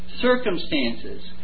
circumstances